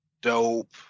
dope